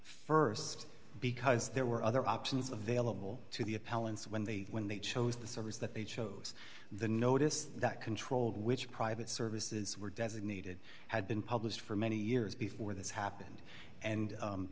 honor st because there were other options available to the appellants when they when they chose the servers that they chose the notice that controlled which private services were designated had been published for many years before this happened and